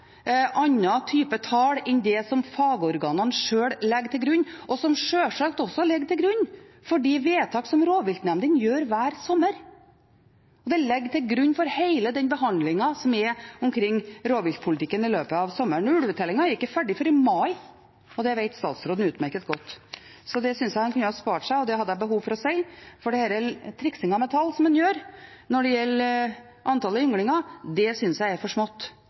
tall enn det som fagorganene sjøl legger til grunn, og som sjølsagt også ligger til grunn for de vedtakene som rovviltnemndene fatter hver sommer. De ligger til grunn for hele den behandlingen som er omkring rovviltpolitikken i løpet av sommeren. Ulvetellingen er ikke ferdig før i mai, og det vet statsråden utmerket godt. Dette synes jeg han kunne spart seg, det hadde jeg behov for å si, for denne triksingen med tall som han gjør når det gjelder antall ynglinger, synes jeg er for smått.